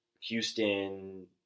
Houston